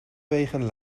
wegen